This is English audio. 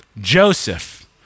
Joseph